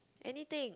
anything